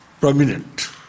prominent